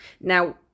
Now